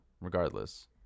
regardless